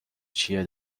چیه